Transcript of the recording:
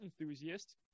enthusiast